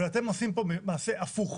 ואתם עושים פה מעשה הפוך.